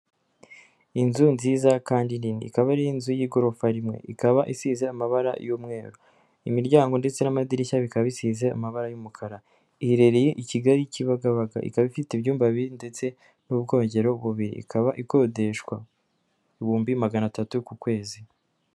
Inzu nziza kandi nini, ikaba ari inzu y'igorofa rimwe, ikaba isize amabara y'umweru, imiryango, ndetse n'amadirishya, bikaba bisize amabara y'umukara. Iherereye i Kigali Kibagabaga ikaba ifite ibyumba bibi ndetse n'ubwogero bubiri, ikaba ikodeshwa, ibihumbi magana atatu ku kwezi.